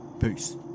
peace